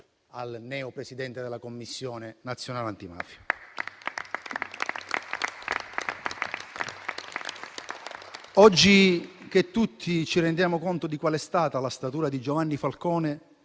al neo Presidente della Commissione nazionale antimafia. Oggi che tutti ci rendiamo conto di quale è stata la statura di Giovanni Falcone,